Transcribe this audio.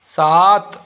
सात